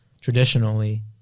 traditionally